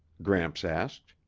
gramps asked.